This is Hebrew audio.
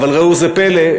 אבל ראו זה פלא,